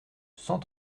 cent